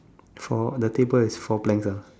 four the table is four blanks ah